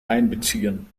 einbeziehen